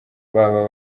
baba